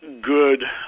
good